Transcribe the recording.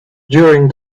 during